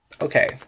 okay